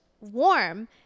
warm